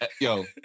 Yo